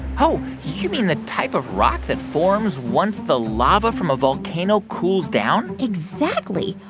oh, you mean the type of rock that forms once the lava from a volcano cools down exactly.